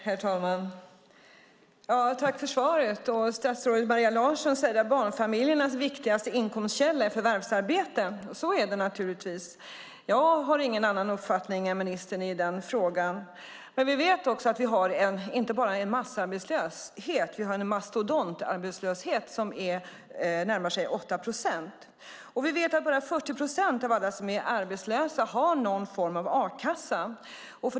Herr talman! Jag tackar statsrådet för svaret. Maria Larsson säger att barnfamiljernas viktigaste inkomstkälla är förvärvsarbete. Så är det naturligtvis. Jag har ingen annan uppfattning än ministern i den frågan. Men vi vet att vi inte bara har en massarbetslöshet. Vi har en mastodontarbetslöshet som närmar sig 8 procent. Vi vet att bara 40 procent av alla som är arbetslösa har någon form av a-kassa.